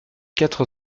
quatre